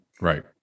Right